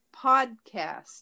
PODCAST